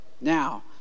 now